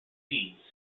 seeds